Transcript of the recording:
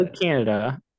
Canada